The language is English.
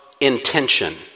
intention